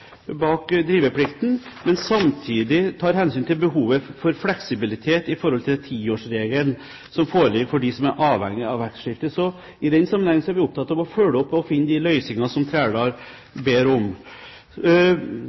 bak driveplikten, men som samtidig tar hensyn til behovet for fleksibilitet i forhold til tiårsregelen, som foreligger for dem som er avhengig av vekstskifte. Så i den sammenheng er vi opptatt av å følge opp og finne de løsningene som Trældal